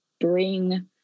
bring